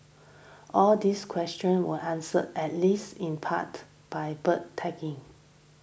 all these questions answered at least in part by bird tagging